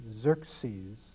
Xerxes